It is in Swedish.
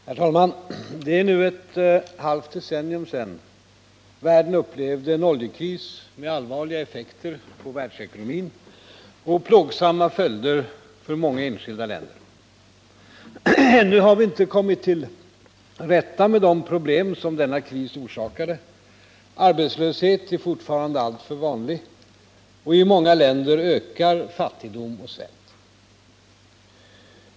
Herr talman! Det är nu ett halvt decennium sedan världen upplevde en oljekris med allvarliga effekter på världsekonomin och plågsamma följder för många enskilda länder. Ännu har vi inte kommit till rätta med de problem som denna kris orsakade. Arbetslösheten är fortfarande alltför vanlig, och i många länder ökar fattigdom och svält.